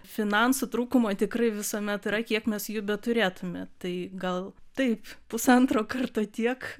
finansų trūkumo tikrai visuomet yra kiek mes jų beturėtume tai gal taip pusantro karto tiek